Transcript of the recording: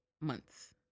months